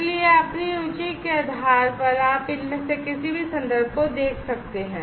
इसलिए अपनी रुचि के आधार पर आप इनमें से किसी भी संदर्भ को देख सकते हैं